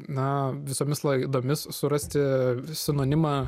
na visomis laidomis surasti sinonimą